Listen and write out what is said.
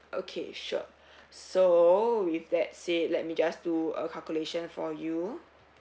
okay sure so with that said let me just do a calculation for you